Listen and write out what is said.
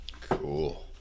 Cool